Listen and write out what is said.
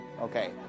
Okay